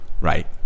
Right